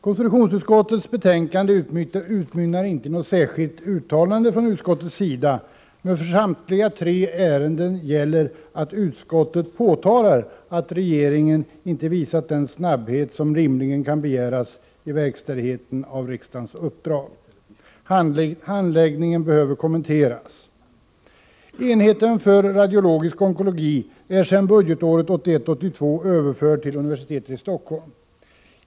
Konstitutionsutskottets betänkande utmynnar inte i något särskilt uttalande från utskottets sida, men för samtliga tre ärenden gäller att utskottet påtalar att regeringen inte visat den snabbhet som rimligen kan begäras i verkställighet av riksdagens uppdrag. Denna handläggning behöver kommenteras. Enheten för radiologisk onkologi är sedan budgetåret 1981/82 överförd till universitetet i Stockholm.